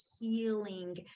healing